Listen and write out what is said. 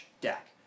deck